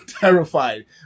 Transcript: terrified